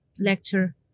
lecture